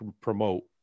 promote